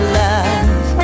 love